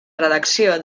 redacció